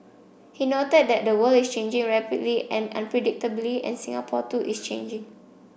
he noted that the world is changing rapidly and unpredictably and Singapore too is changing